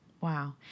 Wow